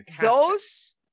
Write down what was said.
those-